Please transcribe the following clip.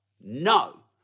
no